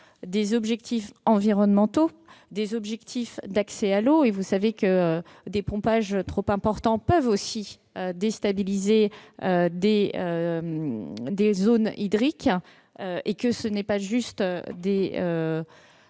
des objectifs environnementaux avec des objectifs d'accès à l'eau. Vous savez que des pompages trop importants peuvent aussi déstabiliser des zones hydriques. Ce ne sont pas simplement